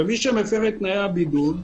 מי שמפר את תנאי הבידוד,